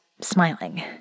smiling